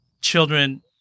children